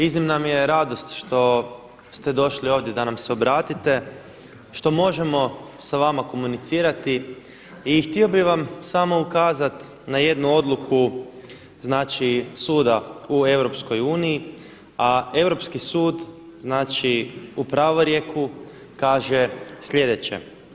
Iznimna mi je radost što ste došli ovdje da nam se obratite, što možemo sa vama komunicirati i htio bih vam samo ukazati na jednu odluku, znači suda u Europskoj uniji, a Europski sud znači u pravorijeku kaže sljedeće.